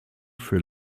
für